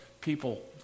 people